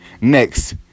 Next